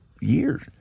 years